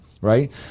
right